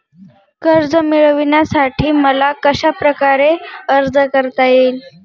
कर्ज मिळविण्यासाठी मला कशाप्रकारे अर्ज करता येईल?